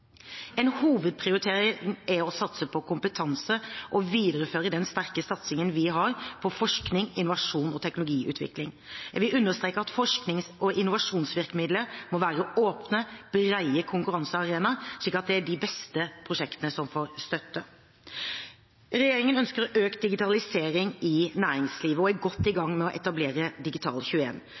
En hovedprioritering er å satse på kompetanse og videreføre den sterke satsingen vi har på forskning, innovasjon og teknologiutvikling. Jeg vil understreke at forsknings- og innovasjonsvirkemidlene må være åpne, brede konkurransearenaer, slik at det er de beste prosjektene som får støtte. Regjeringen ønsker økt digitalisering i næringslivet og er godt i gang med å etablere